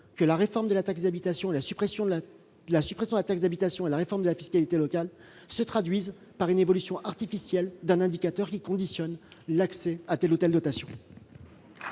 que la suppression de la taxe d'habitation et la réforme de la fiscalité locale se traduisent par l'évolution artificielle d'un indicateur qui conditionne l'accès à telle ou telle dotation.